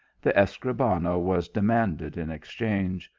the escribano was demanded in exchange,